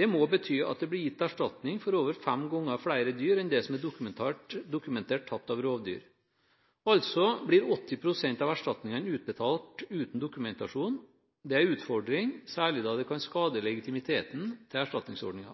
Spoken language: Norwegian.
Det må bety at det blir gitt erstatning for over fem ganger flere dyr enn det som er dokumentert tatt av rovdyr. Altså blir 80 pst. av erstatningene utbetalt uten dokumentasjon. Dette er en utfordring, særlig da det kan skade legitimiteten til